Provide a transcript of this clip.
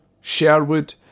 Sherwood